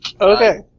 Okay